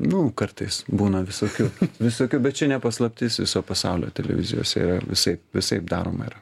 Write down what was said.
nu kartais būna visokių visokių bet čia ne paslaptis viso pasaulio televizijose yra visaip visaip daroma yra